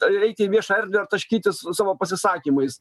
eiti į viešą erdvę ar taškytis savo pasisakymais